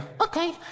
Okay